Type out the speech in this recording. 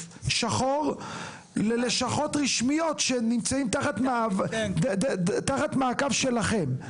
שחור ללשכות רשמיות שנמצאים תחת מעקב שלכם?